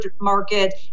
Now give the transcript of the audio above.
market